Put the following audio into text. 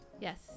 Yes